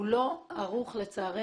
לצערנו הוא לא ערוך להתמודד